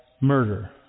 murder